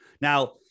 Now